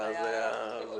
התשע"ח-2018.